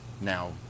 now